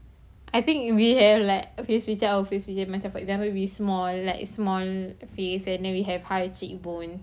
I think we have like face feature our face feature macam like for example macam we small like small face and then we have high cheekbone